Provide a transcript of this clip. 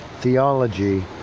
theology